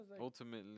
Ultimately